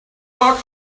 walk